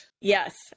Yes